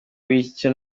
w’icyo